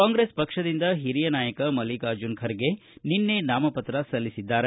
ಕಾಂಗ್ರೆಸ್ ಪಕ್ಷದಿಂದ ಹಿರಿಯ ನಾಯಕ ಮಲ್ಲಿಕಾರ್ಜುನ ಖರ್ಗೆ ನಿನ್ನೆ ನಾಮಪತ್ರ ಸಲ್ಲಿಸಿದ್ದಾರೆ